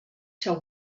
till